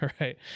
right